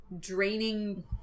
draining